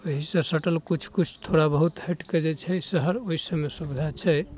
ओहिसँ सटल किछु किछु थोड़ा बहुत हटि कऽ जे छै शहर ओहि सभमे सुविधा छै